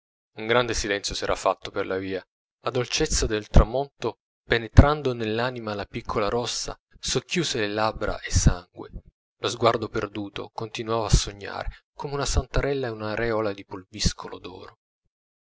un grande silenzio s'era fatto per la via la dolcezza del tramonto penetrando nell'anima la piccola rossa socchiuse le labbra esangui lo sguardo perduto continuava a sognare come una santarella in un'aureola di pulviscolo d'oro